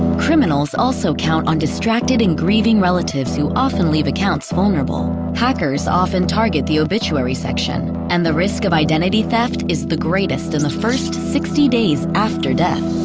criminals also count on distracted and grieving relatives who often leave accounts vulnerable hackers often target the obituary section and the risk of identity theft is the greatest in the first sixty days after death